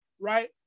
right